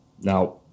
Now